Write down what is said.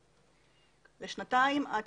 לשנתיים, עד